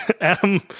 Adam